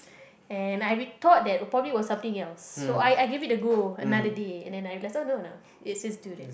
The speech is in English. and I rethought that probably was something else so I I give it a go another day and then I let's just do it